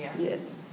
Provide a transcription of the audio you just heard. Yes